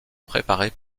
préparer